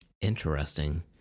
Interesting